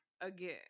again